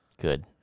Good